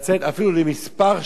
אפילו לכמה שעות,